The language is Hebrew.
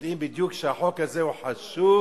יודעים בדיוק שהחוק הזה חשוב,